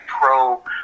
pro